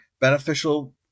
beneficial